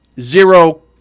zero